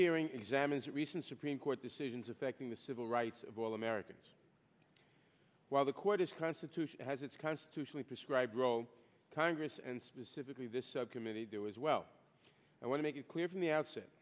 searing examines recent supreme court decisions affecting the civil rights of all americans while the court is constitution has its constitutionally prescribed role congress and specifically this subcommittee do as well i want to make it clear from the outset